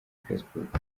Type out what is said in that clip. facebook